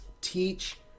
teach